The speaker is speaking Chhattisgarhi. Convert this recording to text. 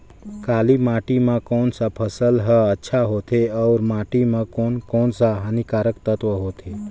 काली माटी मां कोन सा फसल ह अच्छा होथे अउर माटी म कोन कोन स हानिकारक तत्व होथे?